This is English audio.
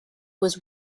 was